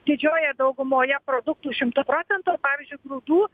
didžiojoje daugumoje produktų šimtu procentų pavyzdžiui grūdų